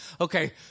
Okay